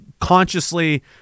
consciously